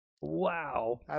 wow